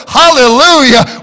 hallelujah